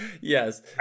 Yes